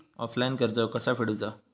Offline कर्ज कसा फेडूचा?